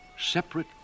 separate